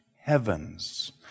heavens